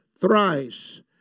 thrice